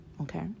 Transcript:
Okay